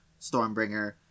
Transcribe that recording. Stormbringer